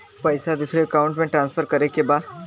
पैसा दूसरे अकाउंट में ट्रांसफर करें के बा?